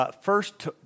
First